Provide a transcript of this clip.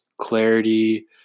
clarity